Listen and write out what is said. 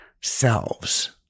selves